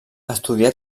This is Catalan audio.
estudià